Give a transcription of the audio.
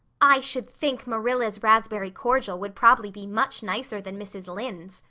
i should think marilla's raspberry cordial would prob'ly be much nicer than mrs. lynde's,